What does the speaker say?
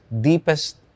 deepest